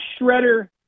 Shredder